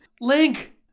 Link